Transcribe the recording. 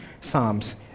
psalms